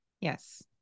Yes